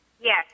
Yes